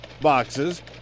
boxes